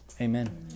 Amen